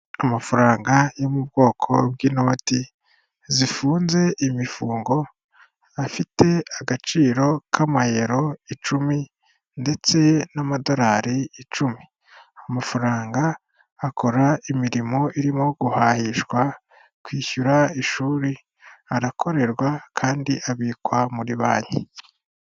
Amafaranga yo mu bwoko bw'inoti zifunze imifungo, afite agaciro k'amayero icumi ndetse n'amadolari icumi. Amafaranga akora imirimo irimo guhahishwa kwishyura ishuri arakorerwa kandi abikwa muri banki.